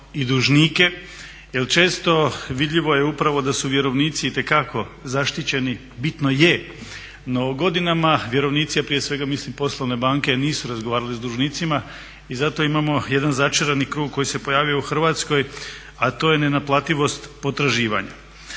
i dužnike jer često vidljivo je upravo da su vjerovnici itekako zaštićeni. Bitno je, no godinama vjerovnici a prije svega mislim poslovne banke nisu razgovarale s dužnicima i zato imamo jedan začarani krug koji se pojavio u Hrvatskoj, a to je nenaplativost potraživanja.